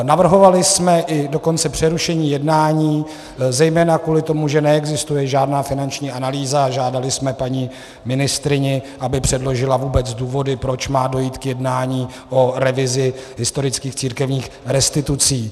Navrhovali jsme i dokonce přerušení jednání, zejména kvůli tomu, že neexistuje žádná finanční analýza, a žádali jsme paní ministryni, aby předložila vůbec důvody, proč má dojít k jednání o revizi historických církevních restitucí.